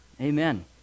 Amen